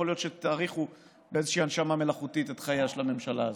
יכול להיות שתאריכו באיזושהי הנשמה מלאכותית את חייה של הממשלה הזאת,